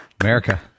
America